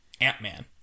Ant-Man